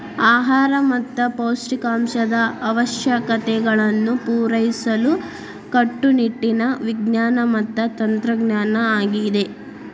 ಆಹಾರ ಮತ್ತ ಪೌಷ್ಟಿಕಾಂಶದ ಅವಶ್ಯಕತೆಗಳನ್ನು ಪೂರೈಸಲು ಕಟ್ಟುನಿಟ್ಟಿನ ವಿಜ್ಞಾನ ಮತ್ತ ತಂತ್ರಜ್ಞಾನ ಆಗಿದೆ